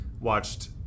Watched